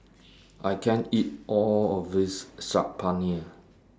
I can't eat All of This Saag Paneer